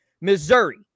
Missouri